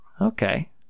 Okay